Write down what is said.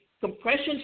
compression